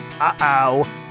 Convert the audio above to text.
uh-oh